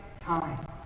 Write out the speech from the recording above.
time